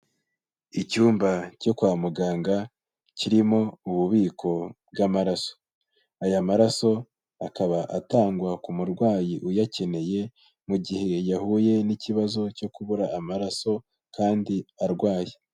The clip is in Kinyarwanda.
Icyumba cyo kwa muganga kirimo ububiko bw'amaraso, aya maraso akaba atangwa ku murwayi uyakeneye, mu gihe yahuye n'ikibazo cyo kubura amaraso kandi arwaye.